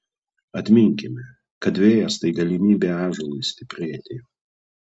atminkime kad vėjas tai galimybė ąžuolui stiprėti